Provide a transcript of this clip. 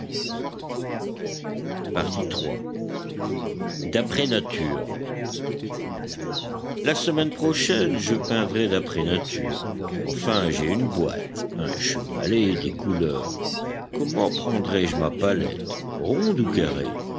huppé d'après nature la semaine prochaine je peindrai d'après nature enfin j'ai une boîte un chevalet et des couleurs comment prendrai-je ma palette ronde ou carrée